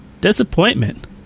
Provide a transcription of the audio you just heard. Disappointment